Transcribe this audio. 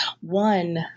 One